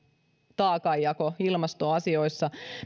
taakanjako ilmastoasioissa